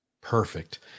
Perfect